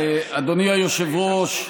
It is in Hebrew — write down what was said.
אדוני היושב-ראש,